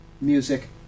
Music